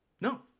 No